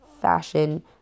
fashion